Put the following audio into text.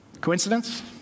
Coincidence